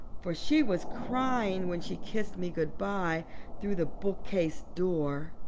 for she was crying when she kissed me good-bye through the bookcase door.